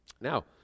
Now